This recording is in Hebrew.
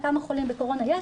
כמה חולים בקורונה יש,